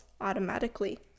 automatically